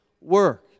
work